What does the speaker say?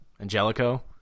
Angelico